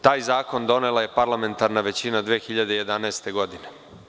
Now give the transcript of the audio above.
Tak zakon donela je parlamentarna većina 2011. godine.